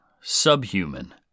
subhuman